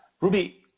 Ruby